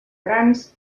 grans